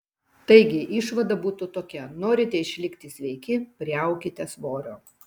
taigi išvada būtų tokia norite išlikti sveiki priaukite svorio